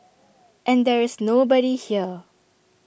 and there is nobody here